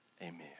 Amen